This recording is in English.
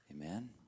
Amen